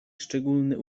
szczególny